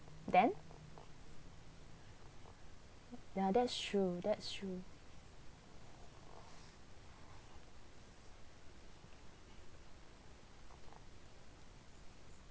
then ya that's true that's true